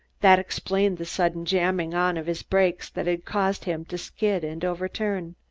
that explained the sudden jamming on of his brakes that had caused him to skid and overturn.